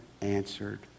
answered